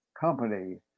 company